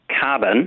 carbon